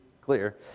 clear